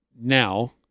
now